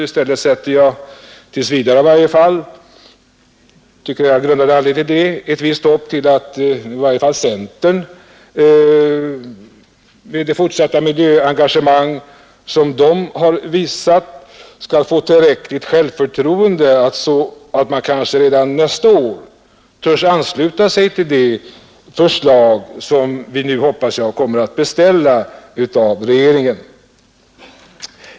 I stället sätter jag — tills vidare i varje fall, eftersom jag tycker mig ha anledning till det — ett visst hopp till att i varje fall centern med det fortsatta miljöengagemang som man har visat skall få tillräckligt självförtroende så att man kanske redan nästa år törs ansluta sig till de förslag som vi nu, hoppas jag, kommer att beställa av regeringen.